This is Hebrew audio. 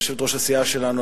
יושבת-ראש הסיעה שלנו,